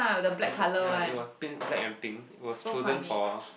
which I ya it was pink black and pink it was chosen for